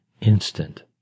instant